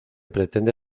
pretende